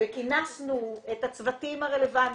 וכינסנו את הצוותים הרלוונטיים.